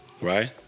right